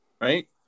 right